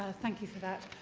ah thank you for that.